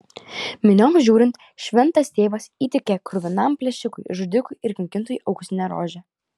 minioms žiūrint šventas tėvas įteikė kruvinam plėšikui žudikui ir kankintojui auksinę rožę